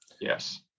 Yes